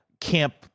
camp